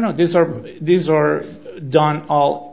no these are these are done